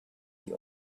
the